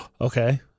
Okay